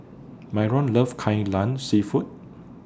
Myron Love Kai Lan Seafood